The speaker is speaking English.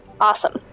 Awesome